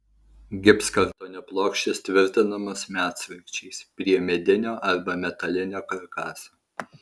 gipskartonio plokštės tvirtinamos medsraigčiais prie medinio arba metalinio karkaso